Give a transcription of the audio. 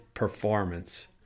performance